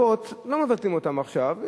לא מבטלים אותן עכשיו.